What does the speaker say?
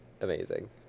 Amazing